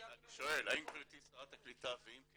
--- האם גבירתי שרת הקליטה ואם כן